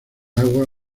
agua